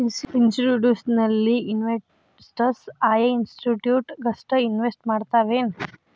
Institutional investors ಆಯಾ institute ಗಷ್ಟ invest ಮಾಡ್ತಾವೆನ್?